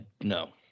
no